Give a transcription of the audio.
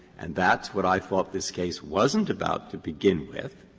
and that's what i thought this case wasn't about to begin with,